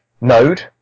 node